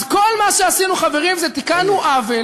אז כל מה שעשינו, חברים, זה שתיקנו עוול